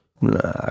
Nah